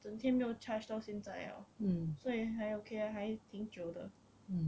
整天没有 charge 到现在 liao 所以还 okay ah 还挺久的